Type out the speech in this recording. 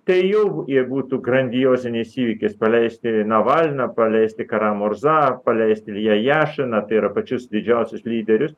tai jau jie būtų grandiozinis įvykis paleisti navalną paleisti karamurzą paleisti ilją jašiną tai yra pačius didžiausius lyderius